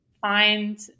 find